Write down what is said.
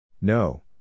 No